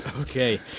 Okay